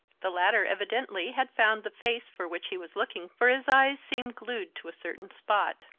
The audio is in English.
the latter evidently had found the face for which he was looking, for his eyes seemed glued to a certain spot.